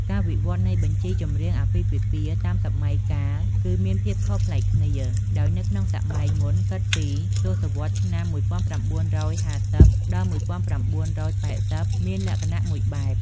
ការវិវត្តនៃបញ្ជីចម្រៀងអាពាហ៍ពិពាហ៍តាមសម័យកាលគឺមានភាពខុសប្លែកគ្នា ដោយនៅក្នុងសម័យមុន គិតពី ទសវត្សរ៍ឆ្នាំ ១៩៥០ដល់ ១៩៨០ មានលក្ខណៈមួយបែប។